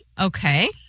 Okay